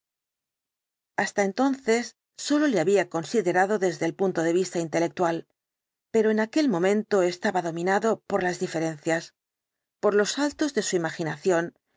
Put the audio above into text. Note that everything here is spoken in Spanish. hasta entonces sólo le había considerado desde el punto de vista intelectual pero en aquel momento estaba dominado por las diferencias por los saltos de su